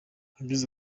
yagize